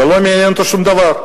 ולא מעניין אותם שום דבר,